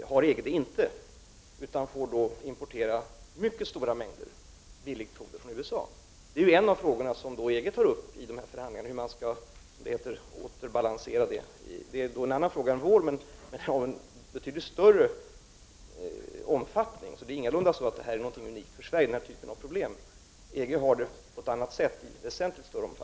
EG har alltså inte det, utan man får importera mycket stora mängder billigt foder från USA. Hur detta skall återbalanseras är en av de stora frågor som EG tar upp i dessa förhandlingar. Det är en annan fråga än den som vi diskuterar, men den har en betydligt större omfattning. Denna typ av problem är ingalunda unikt för Sverige. EG:s problem är mycket större.